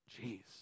Jeez